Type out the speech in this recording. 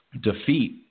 defeat